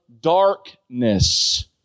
darkness